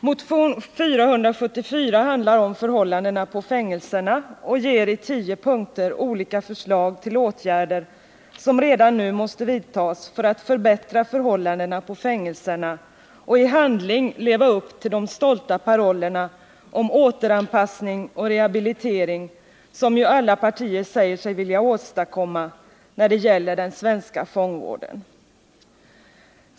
Motion 474 handlar om förhållandena på fängelserna och ger i tio punkter olika förslag till åtgärder som redan nu måste vidtas för att förbättra förhållandena på fängelserna och i handling leva upp till de stolta parollerna om ”återanpassning” och ”rehabilitering” — det säger sig ju alla partier vilja åstadkomma när det gäller den svenska fångvården.